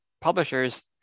publishers